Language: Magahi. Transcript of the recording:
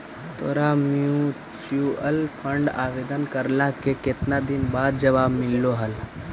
तोरा म्यूचूअल फंड आवेदन करला के केतना दिन बाद जवाब मिललो हल?